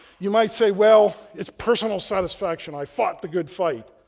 you might say, well, it's personal satisfaction, i fought the good fight.